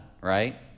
right